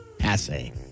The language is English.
assay